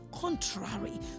contrary